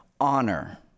Honor